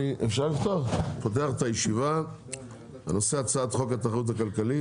אני פותח את הישיבה בנושא: הצעת חוק התחרות הכלכלית